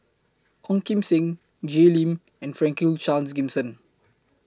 Ong Kim Seng Jay Lim and Franklin Charles Gimson